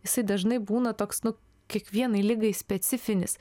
jisai dažnai būna toks nu kiekvienai ligai specifinis